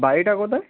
বাড়িটা কোথায়